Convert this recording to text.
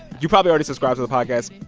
you probably already subscribe to the podcast,